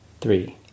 Three